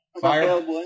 Fire